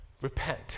Repent